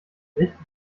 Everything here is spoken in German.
richtig